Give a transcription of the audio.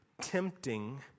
tempting